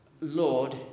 Lord